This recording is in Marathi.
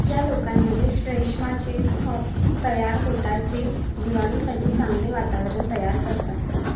या लोकांमध्ये श्लेष्माचे थ तयार होतात जे जिवाणूसाठी चांगले वातावरण तयार करतात